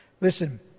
Listen